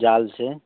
जाल से